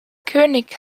könig